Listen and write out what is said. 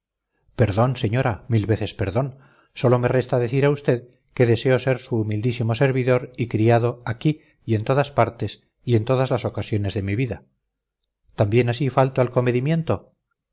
perdón señora mil veces perdón sólo me resta decir a usted que deseo ser su humildísimo servidor y criado aquí y en todas partes y en todas las ocasiones de mi vida también así falto al comedimiento